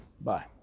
Bye